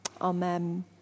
Amen